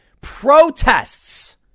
protests